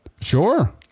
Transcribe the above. sure